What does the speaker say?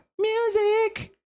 music